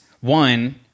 one